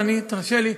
אבל תרשה לי,